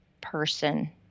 person